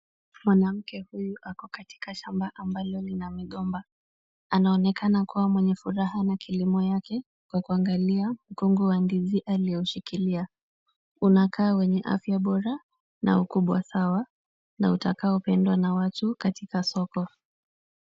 Mwanamke huyu ako katika shamba ambalo lina migomba. Anaonekana kuwa mwenye furaha na kilimo yake kwa kuangalia mkungu wa ndizi alioushikilia. Unakaa wenye afya bora na ukubwa sawa na utakaopendwa na watu katika soko.